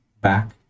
back